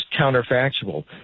counterfactual